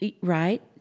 Right